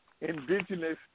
indigenous